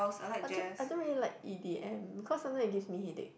I don't I don't really like e_d_m because sometime it gives me headache